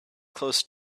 close